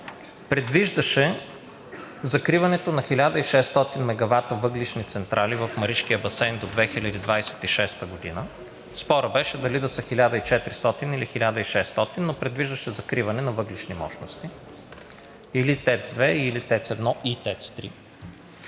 предвиждаше закриването на 1600 мегавата въглищни централи в Маришкия басейн до 2026 г. Спорът беше дали да са 1400 или 1600, но предвиждаше закриване на въглищни мощности – или ТЕЦ 2, или ТЕЦ 1 и ТЕЦ 3,